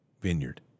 Vineyard